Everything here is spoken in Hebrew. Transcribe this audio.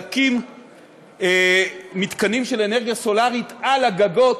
להתקין מתקנים של אנרגיה סולרית על הגגות,